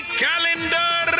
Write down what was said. calendar